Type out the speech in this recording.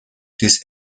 this